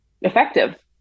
effective